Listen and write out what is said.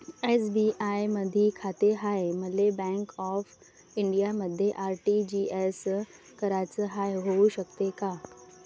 SBI मधी खाते हाय, मले बँक ऑफ इंडियामध्ये आर.टी.जी.एस कराच हाय, होऊ शकते का?